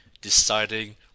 deciding